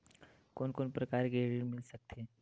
कोन कोन प्रकार के ऋण मिल सकथे?